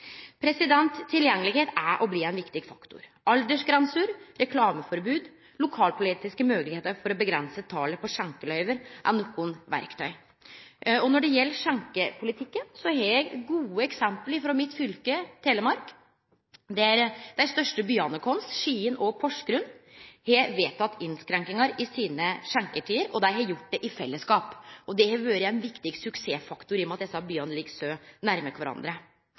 Tilgjengelegheit er og blir ein viktig faktor. Aldersgrenser, reklameforbod og lokalpolitiske moglegheiter for å avgrense talet på skjenkeløyve er nokre verktøy. Når det gjeld skjenkepolitikken, har eg gode eksempel frå mitt fylke, Telemark, der dei største byane våre, Skien og Porsgrunn, har vedteke innskrenkingar i sine skjenketider. Dei har gjort det i fellesskap. Det har vore ein viktig suksessfaktor, i og med at desse byane ligg så nær kvarandre.